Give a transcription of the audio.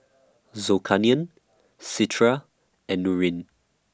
Zulkarnain Citra and Nurin